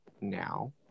now